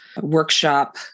workshop